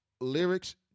lyrics